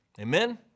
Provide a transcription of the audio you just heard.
Amen